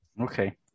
Okay